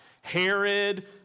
Herod